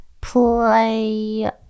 play